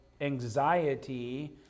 anxiety